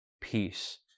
peace